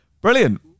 Brilliant